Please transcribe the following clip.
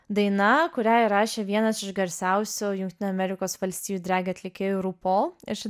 daina kurią įrašė vienas iš garsiausių jungtinių amerikos valstijų drag atlikėjų rū pol ir ši